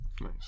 Nice